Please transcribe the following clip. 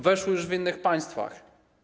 Weszły już w innych państwach.